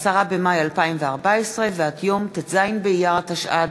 10 במאי 2014, ועד יום ט"ז באייר התשע"ד,